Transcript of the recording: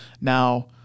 Now